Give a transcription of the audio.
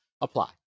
apply